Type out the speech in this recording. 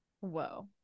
whoa